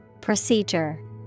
Procedure